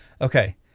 Okay